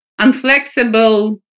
unflexible